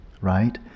right